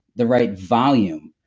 the right volume,